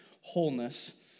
wholeness